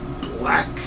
black